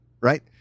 right